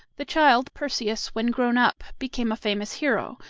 the child, perseus, when grown up became a famous hero,